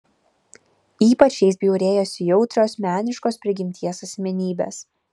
ypač jais bjaurėjosi jautrios meniškos prigimties asmenybės